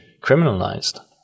criminalized